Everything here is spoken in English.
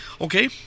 Okay